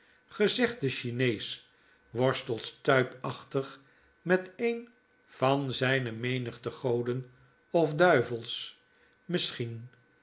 gezegde chinees worstelt stuipachtig met een van zijne menigte goden of duivels misschien